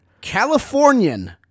Californian